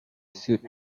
sued